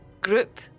group